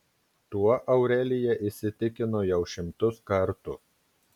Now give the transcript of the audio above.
tuo aurelija įsitikino jau šimtus kartų